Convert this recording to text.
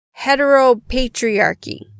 heteropatriarchy